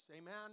Amen